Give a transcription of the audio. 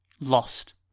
lost